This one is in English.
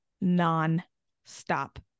non-stop